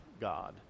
God